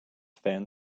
fan